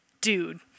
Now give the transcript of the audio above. dude